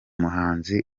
muhanzi